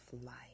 life